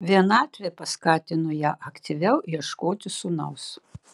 vienatvė paskatino ją aktyviau ieškoti sūnaus